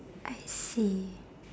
I see